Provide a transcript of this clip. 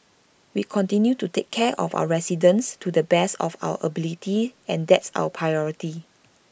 we continue to take care of our residents to the best of our ability and that's our priority